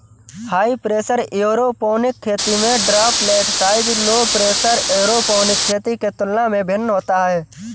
high pressure aeroponic खेती में droplet size low pressure aeroponic खेती के तुलना में भिन्न होता है